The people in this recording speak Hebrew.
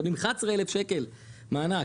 מקבלים 11,000 שקל מענק,